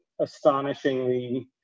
astonishingly